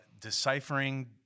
deciphering